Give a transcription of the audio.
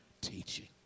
teaching